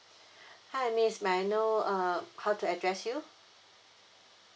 hi miss may I know uh how to address you